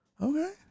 Okay